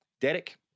Derek